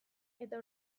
eta